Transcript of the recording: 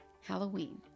Halloween